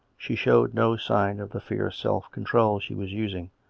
she showed no sign of the fierce self-control she was using.